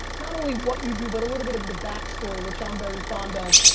not only what you do but a little bit of the backstory which i'm very fond of,